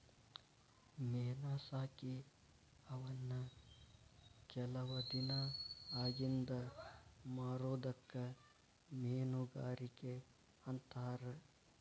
ಮೇನಾ ಸಾಕಿ ಅವನ್ನ ಕೆಲವ ದಿನಾ ಅಗಿಂದ ಮಾರುದಕ್ಕ ಮೇನುಗಾರಿಕೆ ಅಂತಾರ